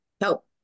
help